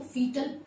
Fetal